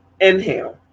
inhale